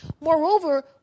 Moreover